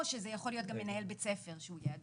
או שזה יכול להיות גם מנהל בית ספר שהוא יהיה הדוגם,